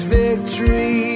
victory